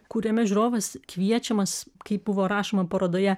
kuriame žiūrovas kviečiamas kaip buvo rašoma parodoje